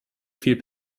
viel